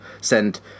send